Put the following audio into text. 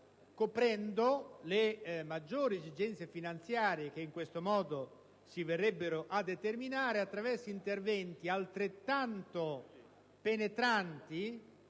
coprendo le maggiori esigenze finanziarie che in questo modo si verrebbero a determinare attraverso interventi altrettanto penetranti,